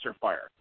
fire